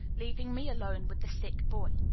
leaving me alone with the sick boy.